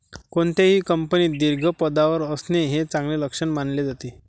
कोणत्याही कंपनीत दीर्घ पदावर असणे हे चांगले लक्षण मानले जाते